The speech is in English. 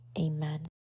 amen